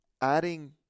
adding